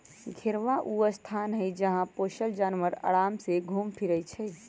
घेरहबा ऊ स्थान हई जहा पोशल जानवर अराम से घुम फिरइ छइ